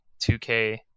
2K